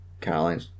Caroline